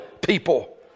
people